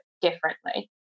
differently